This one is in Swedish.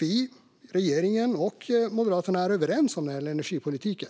vi i regeringen och Moderaterna är överens om när det gäller energipolitiken.